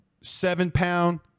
seven-pound